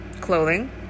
clothing